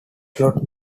slot